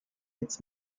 its